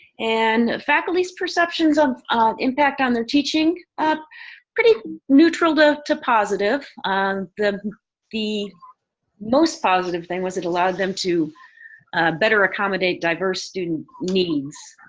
and faculty's perceptions of impact on their teaching. um pretty neutral to to positive. the the most positive thing was it allowed them to better accommodate diverse student needs.